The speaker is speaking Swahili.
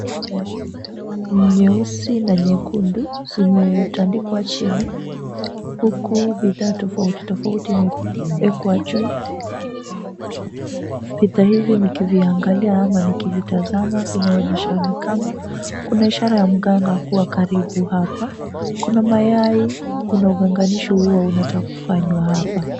Ua nyeusi na nyekundu zimetandikwa chini huku bidhaa tofauti tofauti imewekwa juu. Bidhaa hizi nikiziangalia au nikizitazama vinaonyesha ni kama kuna ishara ya mganga kuwa karibu hapa, kuna mayai, kuna uganganisho huo unataka kufanywa hapa.